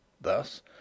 Thus